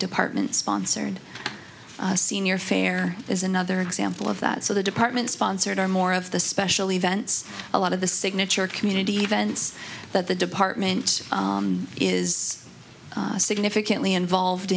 department sponsored senior fare is another example of that so the department sponsored are more of the special events a lot of the signature community events that the department is significantly involved